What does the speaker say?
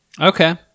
okay